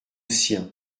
sien